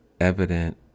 evident